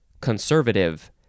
conservative